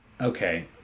Okay